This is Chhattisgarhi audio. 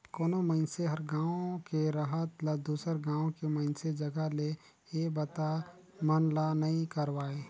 कोनो मइनसे हर गांव के रहत ल दुसर गांव के मइनसे जघा ले ये बता मन ला नइ करवाय